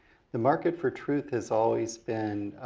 the market for truth has always been